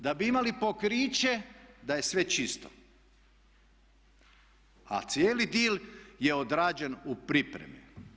Da bi imali pokriće da je sve čisto, a cijeli dil je odrađen u pripremi.